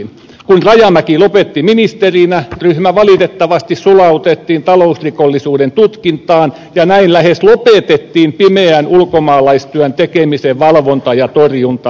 kun rajamäki lopetti ministerinä ryhmä valitettavasti sulautettiin talousrikollisuuden tutkintaan ja näin lähes lopetettiin pimeän ulkomaalaistyön tekemisen valvonta ja torjunta